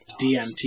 DMT